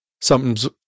Something's